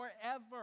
forever